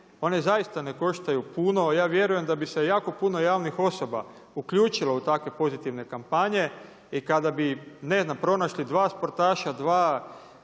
one zaista ne koštaju puno, a ja vjerujem da bi se jako puno javnih osoba uključilo u takve pozitivne kampanje i kada bi, ne znam, pronašli 2 sportaša, 2